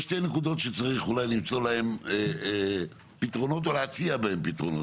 יש שתי נקודות שצריך אולי למצוא להן פתרונות או להציע בהן פתרונות.